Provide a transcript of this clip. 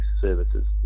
services